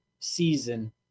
season